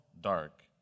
dark